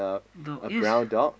though is